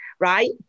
Right